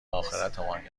آخرتمان